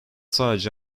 sadece